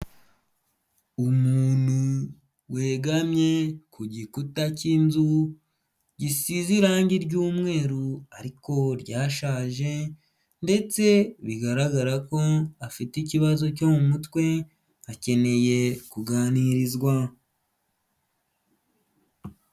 Umuntu wegamye ku gikuta cy'inzu, gisize irangi ry'umweru ariko ryashaje, ndetse bigaragara ko afite ikibazo cyo mu mutwe, akeneye kuganirizwa.